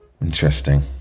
Interesting